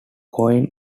coin